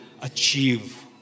achieve